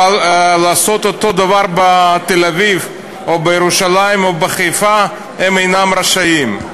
אבל לעשות אותו דבר בתל-אביב או בירושלים או בחיפה הם אינם רשאים.